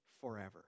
forever